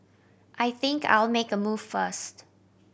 I think I'll make a move first